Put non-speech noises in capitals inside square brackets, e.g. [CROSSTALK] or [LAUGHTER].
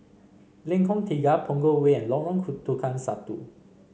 Lengkong Tiga Punggol Way and Lorong [UNINTELLIGIBLE] Tukang Satu